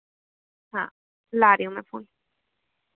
हाँ ला रही हूँ मैं फोन